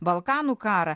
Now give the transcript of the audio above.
balkanų karą